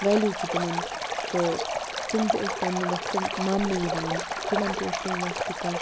value چھُ تِمَن تہٕ تِم تہِ ٲسۍ پنٛنہِ وَقتہٕ مانٛنہٕ یِوان تِمَن تہِ اوس تَمہِ وَقتہٕ کانٛہہ